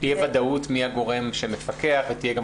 שתהיה ודאות מי הגורם שמפקח ותהיה גם